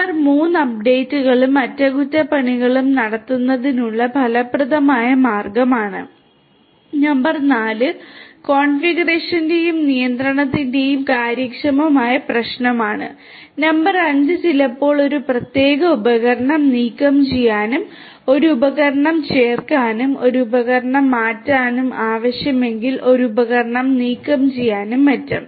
number 3 അപ്ഡേറ്റുകളും അറ്റകുറ്റപ്പണികളും നടത്തുന്നതിനുള്ള ഫലപ്രദമായ മാർഗ്ഗമാണ് നമ്പർ 4 കോൺഫിഗറേഷന്റെയും നിയന്ത്രണത്തിന്റെയും കാര്യക്ഷമമായ പ്രശ്നമാണ് നമ്പർ 5 ചിലപ്പോൾ ഒരു പ്രത്യേക ഉപകരണം നീക്കംചെയ്യാനും ഒരു ഉപകരണം ചേർക്കാനും ഒരു ഉപകരണം മാറ്റാനും ആവശ്യമാണെങ്കിൽ ഒരു ഉപകരണം നീക്കം ചെയ്യാനും മറ്റും